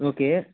okay